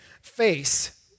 face